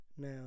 Now